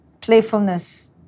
playfulness